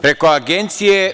Preko agencije